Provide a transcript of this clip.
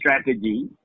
strategy